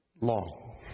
Long